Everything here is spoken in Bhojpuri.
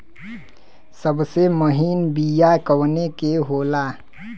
सबसे महीन बिया कवने के होला?